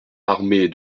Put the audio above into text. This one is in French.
armés